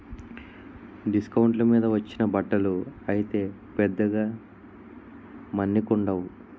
డిస్కౌంట్ల మీద వచ్చిన బట్టలు అయితే పెద్దగా మన్నికుండవు